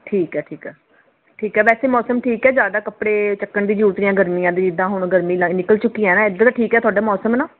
ਠੀਕ ਹੈ ਠੀਕ ਹੈ ਠੀਕ ਹੈ ਵੈਸੇ ਮੌਸਮ ਠੀਕ ਹੈ ਜ਼ਿਆਦਾ ਕੱਪੜੇ ਚੱਕਣ ਦੀ ਜ਼ਰੂਰਤ ਨਹੀਂ ਗਰਮੀਆਂ ਦੀ ਜਿੱਦਾਂ ਹੁਣ ਗਰਮੀ ਨਿਕਲ ਚੁੱਕੀ ਹੈ ਨਾ ਇੱਧਰ ਠੀਕ ਹੈ ਤੁਹਾਡਾ ਮੌਸਮ ਨਾ